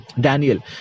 daniel